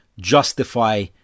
justify